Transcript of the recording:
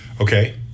Okay